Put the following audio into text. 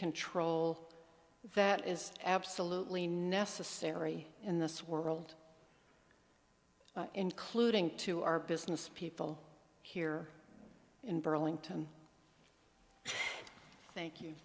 control that is absolutely necessary in this world including to our business people here in burlington thank you